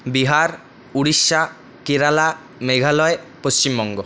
Bihar Orissa Kerala Meghalaya Paschimbanga